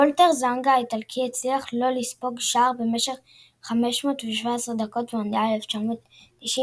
וולטר זנגה האיטלקי הצליח לא לספוג שער במשך 517 דקות במונדיאל 1990,